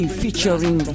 featuring